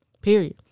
period